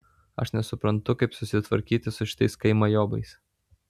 aš nesuprantu kaip susitvarkyti su šitais kaimajobais